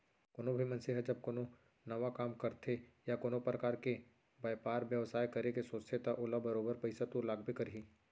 कोनो भी मनसे ह जब कोनो नवा काम करथे या कोनो परकार के बयपार बेवसाय करे के सोचथे त ओला बरोबर पइसा तो लागबे करही